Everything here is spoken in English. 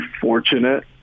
fortunate